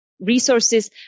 resources